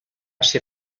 ser